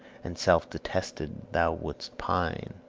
and self-detested thou would'st pine,